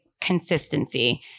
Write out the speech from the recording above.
consistency